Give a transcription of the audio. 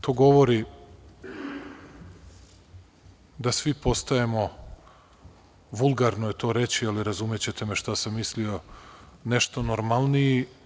To govori da svi postajemo, vulgarno je to reći, ali razumećete me šta sam mislio, nešto normalniji.